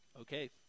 Okay